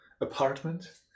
apartment